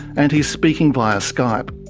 and he's speaking via skype.